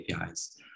apis